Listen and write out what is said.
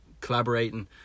collaborating